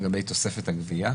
לגבי תוספת הגבייה?